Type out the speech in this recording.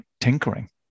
tinkering